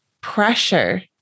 pressure